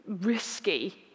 risky